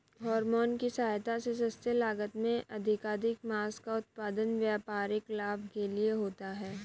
hormone की सहायता से सस्ते लागत में अधिकाधिक माँस का उत्पादन व्यापारिक लाभ के लिए होता है